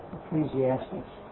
Ecclesiastes